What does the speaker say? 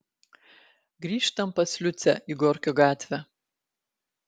grįžtam pas liucę į gorkio gatvę